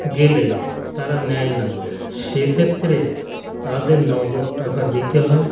গেলে তারা নেয় না সেক্ষেত্রে তাদের নগদ টাকা দিতে হয়